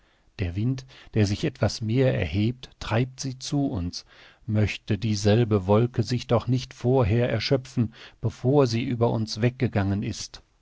der wind der sich etwas mehr erhebt treibt sie zu uns möchte dieselbe wolke sich doch nicht vorher erschöpfen bevor sie über uns weggegangen ist